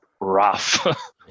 rough